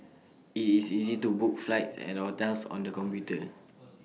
IT is easy to book flights and hotels on the computer